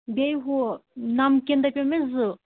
بیٚیہِ ہُہ نمکیٖن دَپیو مےٚ زٕ